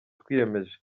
twiyemeje